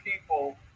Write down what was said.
people